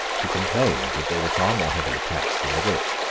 who complained that they were far more heavily taxed than the rich,